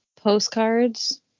Postcards